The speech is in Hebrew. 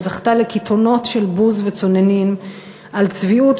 וזכתה לקיתונות של בוז וצוננין על צביעות,